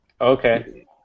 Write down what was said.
Okay